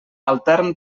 altern